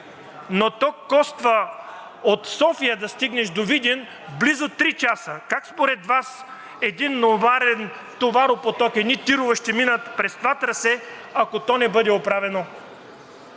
но то коства от София да стигнеш до Видин, близо три часа. Как според Вас един товаропоток, едни тирове ще минат през това трасе, ако то не бъде оправено?